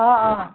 অ অ